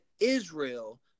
Israel